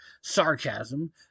sarcasm